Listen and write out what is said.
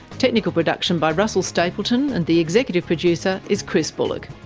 technical production by russell stapleton, and the executive producer is chris bullock.